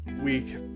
week